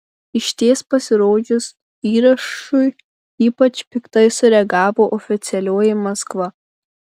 išties pasirodžius įrašui ypač piktai sureagavo oficialioji maskva